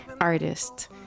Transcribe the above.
artist